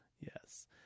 Yes